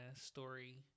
story